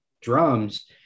drums